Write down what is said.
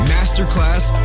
Masterclass